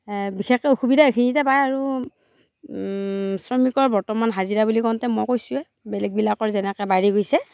বিশেষকৈ অসুবিধা এইখিনিতে পাই আৰু শ্ৰমিকৰ বৰ্তমান হাজিৰা বুলি কওঁতে মই কৈছোঁৱেই বেলেগবিলাকৰ যেনেকৈ বাঢ়ি গৈছে